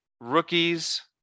rookies